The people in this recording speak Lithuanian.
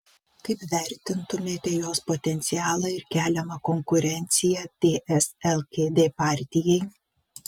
kaip vertintumėte jos potencialą ir keliamą konkurenciją ts lkd partijai